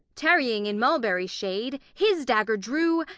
tarrying in mulberry shade, his dagger drew,